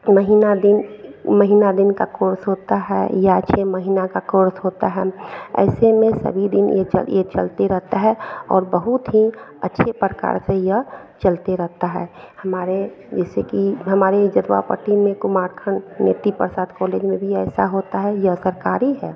महीना दिन महीना दिन का कोर्स होता है या छः महीना का कोर्स होता है ऐसे में सभी दिन यह चल यह चलता रहता है और बहुत ही अच्छे प्रकार से ही यह चलते रहता है हमारे जैसे कि हमारे जतवापट्टी में कुमारखंड नेती प्रताप कोलेज में भी ऐसा होता है यह सरकारी है